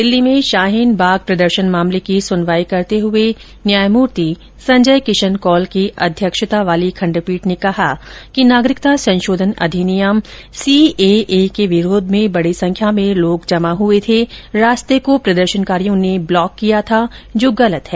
दिल्ली में शाहीन बाग प्रदर्शन मामले की सुनवाई करते हुए न्यायमूर्ति संजय किशन कौल की अध्यक्षता वाली खंडपीठ ने कहा कि नागरिकता संशोधन अधिनियम सीएए के विरोध में बड़ी संख्या में लोग जमा हुए थे रास्ते को प्रदर्शनकारियों ने ब्लॉक किया था जो गलत है